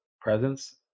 presence